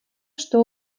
что